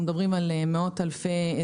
למרכז הארץ אבל לא כלכלי לצפון ולא כלכלי לדרום.